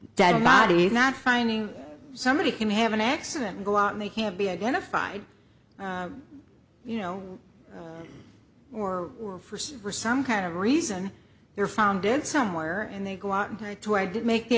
dead bodies not finding somebody can have an accident go out and they can't be identified you know or first or some kind of reason they're found dead somewhere and they go out and try to i did make the